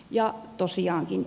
ja tosiaankin